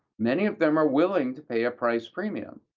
many of them are willing to pay a price premium,